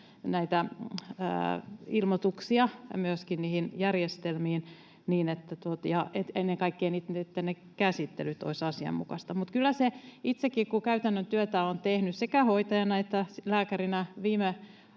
ilmoituksia niihin järjestelmiin ja että ennen kaikkea ne käsittelyt olisivat asianmukaisia. Mutta itsekin kun käytännön työtä olen tehnyt sekä hoitajana että lääkärinä viime